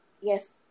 yes